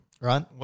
Right